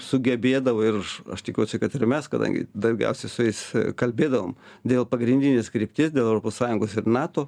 sugebėdavo ir aš aš tikiuosi kad ir mes kadangi daugiausia su jais kalbėdavom dėl pagrindinės krypties dėl europos sąjungos ir nato